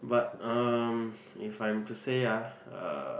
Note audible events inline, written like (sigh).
but um (breath) if I'm to say ah uh